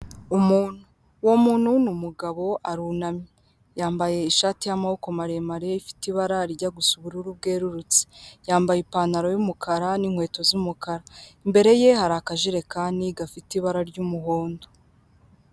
Umuntu uwo muntu ni umugabo arunamye yambaye ishati y'amaboko maremare ifite ibara rijya gusa ubururu bwererutse yambaye ipantaro y'umukara n'inkweto z'umukara, imbere ye hari akajerekani gafite ibara ry'umuhondo.